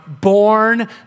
born